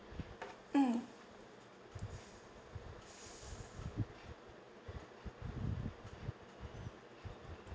mm